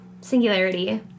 Singularity